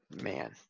man